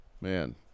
Man